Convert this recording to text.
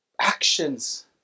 Actions